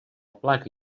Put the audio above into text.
placa